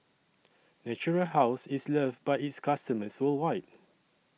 Natural House IS loved By its customers worldwide